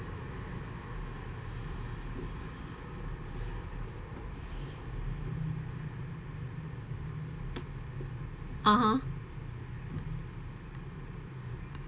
(uh huh)